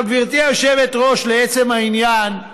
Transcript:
אבל גברתי היושבת-ראש, לעצם העניין,